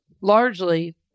largely